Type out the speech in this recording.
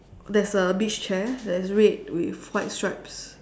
there is a beach chair that is red with white stripes